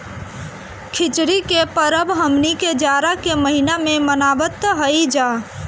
खिचड़ी के परब हमनी के जाड़ा के महिना में मनावत हई जा